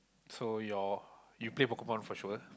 so your you play Pokemon for sure